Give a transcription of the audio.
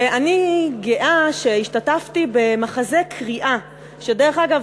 ואני גאה שהשתתפתי במחזה קריאה, שדרך אגב,